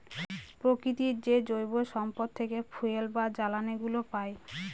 প্রকৃতির যে জৈব সম্পদ থেকে ফুয়েল বা জ্বালানিগুলো পাই